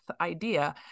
idea